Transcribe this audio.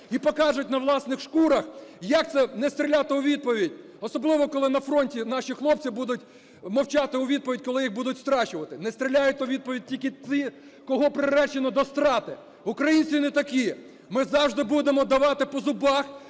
і покажуть на власних шкурах, як це не стріляти у відповідь, особливо коли на фронті наші хлопці будуть мовчати у відповідь, коли їх будуть страчувати. Не стріляють у відповідь тільки ті, кого приречено до страти! Українці не такі! Ми завжди будемо давати по зубах